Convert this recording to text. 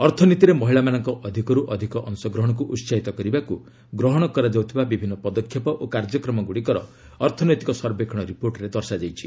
ଅର୍ଥନୀତିରେ ମହିଳାମାନଙ୍କର ଅଧିକରୁ ଅଧିକ ଅଂଶଗ୍ରହଣକୁ ଉସାହିତ କରିବାକୁ ଗ୍ରହଣ କରାଯାଉଥିବା ବିଭିନ୍ନ ପଦକ୍ଷେପ ଓ କାର୍ଯ୍ୟକ୍ରମଗୁଡ଼ିକର ଅର୍ଥନୈତିକ ସର୍ବେକ୍ଷଣ ରିପୋର୍ଟରେ ଦର୍ଶାଯାଇଛି